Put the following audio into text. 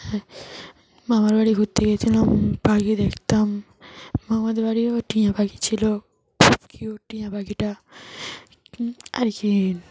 হ্যাঁ মামার বাড়ি ঘুরতে গিয়েছিলাম পাখি দেখতাম মামাদের বাড়িও টিয়া পাখি ছিল খুব কিউট টিয়া পাখিটা আর কি